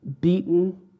beaten